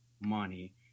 money